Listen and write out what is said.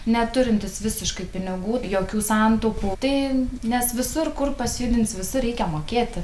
neturintis visiškai pinigų jokių santaupų tai nes visur kur pasijudinsi visur reikia mokėti